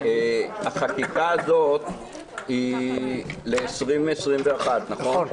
החקיקה הזאת היא ל-2021, נכון?